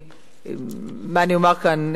מה אני אומר כאן,